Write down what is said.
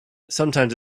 sometimes